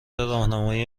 راهنمایی